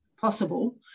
possible